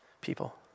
People